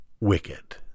wicked